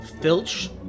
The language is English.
Filch